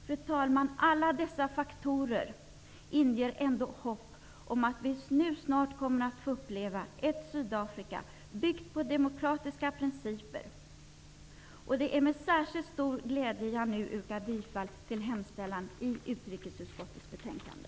Fru talman! Alla dessa faktorer inger ändå hopp om att vi snart kommer att få uppleva ett Sydafrika byggt på demokratiska principer. Det är med särskilt stor glädje som jag nu yrkar bifall till hemställan i utrikesutskottets betänkande.